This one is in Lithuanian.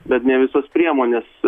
bet ne visos priemonės